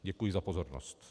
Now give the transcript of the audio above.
Děkuji za pozornost.